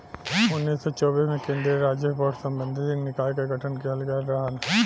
उन्नीस सौ चौबीस में केन्द्रीय राजस्व बोर्ड सांविधिक निकाय क गठन किहल गयल रहल